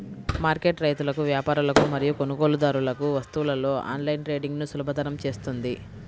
market రైతులకు, వ్యాపారులకు మరియు కొనుగోలుదారులకు వస్తువులలో ఆన్లైన్ ట్రేడింగ్ను సులభతరం చేస్తుంది